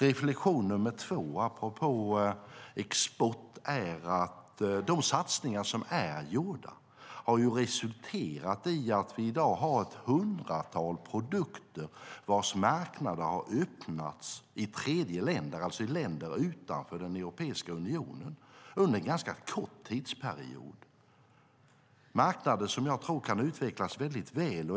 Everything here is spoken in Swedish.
Reflexion nummer två, apropå export, är att de satsningar som är gjorda har resulterat i att vi i dag har ett hundratal produkter vilkas marknad har öppnats i tredjeländer, det vill säga i länder utanför Europeiska unionen, under en ganska kort tidsperiod. Det är marknader som jag tror kan utvecklas väldigt väl.